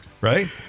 Right